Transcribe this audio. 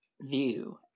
view